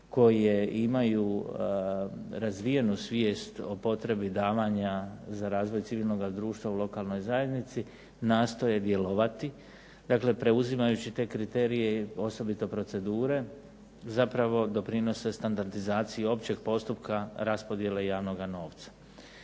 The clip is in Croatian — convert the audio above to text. koje imaju razvijanu svijest o potrebi davanja za razvoj civilnoga društva u lokalnoj zajednici nastoje djelovati. Dakle, preuzimajući te kriterije i osobito procedure zapravo doprinose standardizaciji općeg postupka raspodjele javnoga novca.